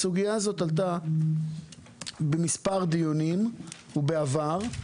הסוגייה הזו עלתה במספר דיונים בעבר,